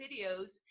videos